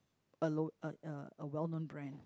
a lo~ a a a well known brand